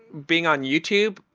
being on youtube,